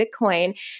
Bitcoin